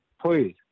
Please